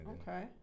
okay